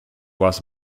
was